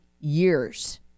years